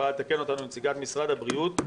יכולה לתקן אותנו נציגת משרד הבריאות,